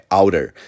outer